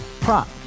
Prop